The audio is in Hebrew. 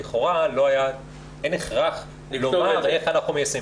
לכאורה אין הכרח לומר איך אנחנו מיישמים.